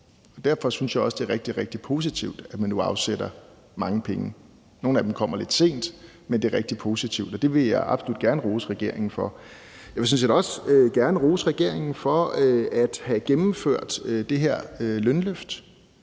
Derfor synes jeg også, at det er rigtig, rigtig positivt, at man nu afsætter mange penge. Nogle af dem kommer lidt sent, men det er rigtig positivt – og det vil jeg absolut gerne rose regeringen for. Jeg vil sådan set også gerne rose regeringen for at have gennemført det her lønløft.